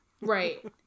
Right